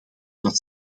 dat